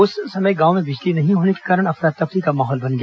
उस समय गांव में बिजली नहीं होने के कारण अफरा तफरी का माहौल बन गया